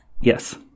Yes